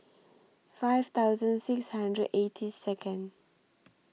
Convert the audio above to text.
five thousand six hundred eighty Second